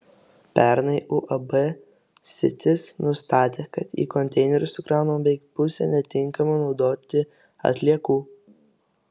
pernai uab sitis nustatė kad į konteinerius sukraunama beveik pusė netinkamų naudoti atliekų